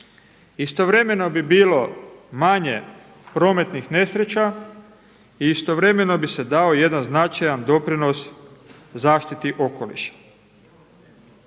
istovremeno bi bilo manje prometnih nesreća i istovremeno bi se dao i jedan značajan doprinos zaštiti okoliša.